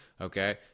okay